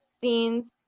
scenes